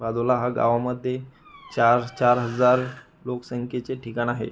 भादोला हा गावामध्ये चार चार हजार लोकसंख्येचे ठिकाण आहे